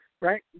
right